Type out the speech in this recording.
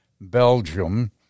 Belgium